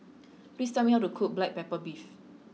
please tell me how to cook black pepper beef